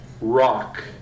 rock